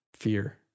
fear